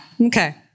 Okay